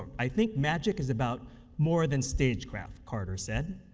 i think magic is about more than stagecraft, carter said,